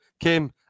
came